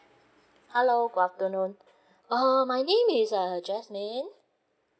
hello good afternoon uh my name is uh jasmine